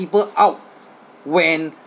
people out when